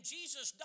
Jesus